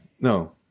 No